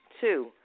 Two